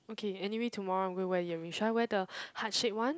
okay anyway tomorrow I'm going to wear earring should I wear the heart shape one